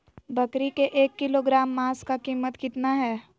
बकरी के एक किलोग्राम मांस का कीमत कितना है?